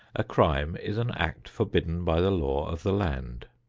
a crime is an act forbidden by the law of the land,